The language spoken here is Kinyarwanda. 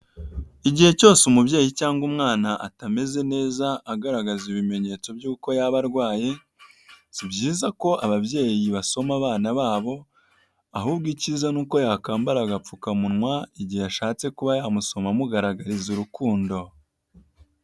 Igihe cyose umubyeyi cyangwa umwana atameze neza agaragaza ibimenyetso by'uko yaba arwaye, si byiza ko ababyeyi basoma abana babo ahubwo icyiza ni uko yakwambara agapfukamunwa igihe ashatse kuba yamusoma amugaragariza urukundo.